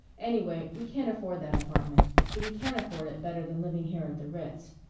anyway, we can't afford that apartment. but we can afford it better than living here at the ritz.